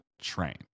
train